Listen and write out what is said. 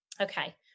Okay